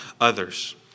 others